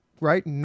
right